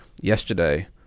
yesterday